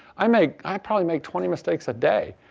i make i probably make twenty mistakes a day.